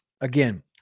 Again